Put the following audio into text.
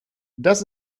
das